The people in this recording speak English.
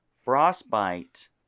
frostbite